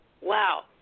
wow